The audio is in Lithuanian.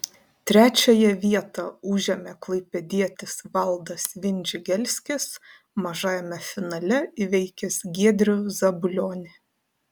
trečiąją vietą užėmė klaipėdietis valdas vindžigelskis mažajame finale įveikęs giedrių zabulionį